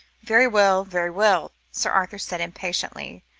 very well, very well, sir arthur said impatiently,